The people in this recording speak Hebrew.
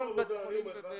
אין מקום עבודה, אני אומר לך.